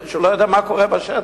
מה ייעשה עד אשר יחוקק החוק